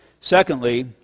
Secondly